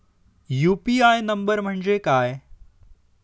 UPI number म्हणजे काय?